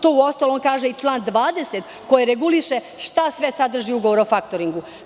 To uostalom kaže i član 20. koji reguliše šta sve ima ugovor o faktoringu.